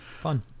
Fun